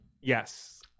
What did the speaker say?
Yes